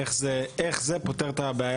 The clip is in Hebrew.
איך זה פותר את הבעיות